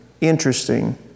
interesting